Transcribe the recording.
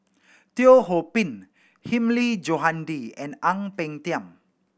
Teo Ho Pin Hilmi Johandi and Ang Peng Tiam